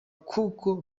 kuko